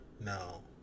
No